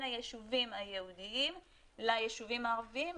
היישובים היהודיים ליישובים הערביים,